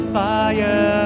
fire